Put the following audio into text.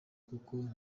kuko